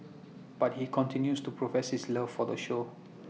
but he continues to profess his love for the show